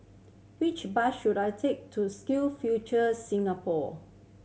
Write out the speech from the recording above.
which bus should I take to Skill Future Singapore